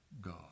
God